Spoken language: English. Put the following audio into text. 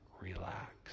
relax